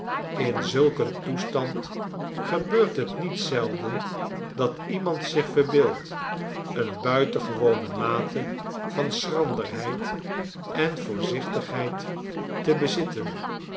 in zulk een toestand gebeurt het niet zelden dat iemand zich verbeeldt eene buitengewone mate van schranderheid en voorzichtigheid te bezitten